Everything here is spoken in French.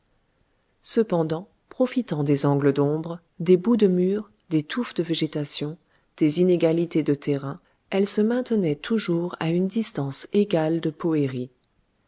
cependant profitant des angles d'ombre des bouts de mur des touffes de végétation des inégalités de terrain elle se maintenait toujours à une distance égale de poëri